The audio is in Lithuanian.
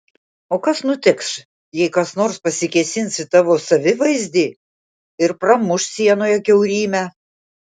o kas nutiks jei kas nors pasikėsins į tavo savivaizdį ir pramuš sienoje kiaurymę